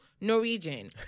Norwegian